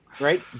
Right